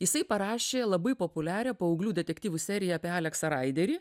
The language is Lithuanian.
jisai parašė labai populiarią paauglių detektyvų seriją apie aleksą raiderį